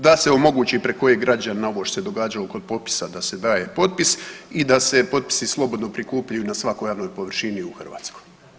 Da se omogući preko E-građana ovo što se događalo kod potpisa, da se daj potpis i da se potpisi slobodno prikupljaju na svakoj javnoj površini u Hrvatskoj.